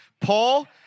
Paul